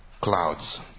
clouds